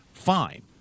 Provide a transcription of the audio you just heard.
Fine